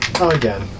Again